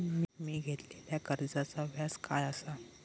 मी घेतलाल्या कर्जाचा व्याज काय आसा?